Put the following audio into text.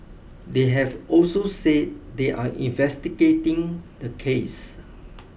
they have also said they are investigating the case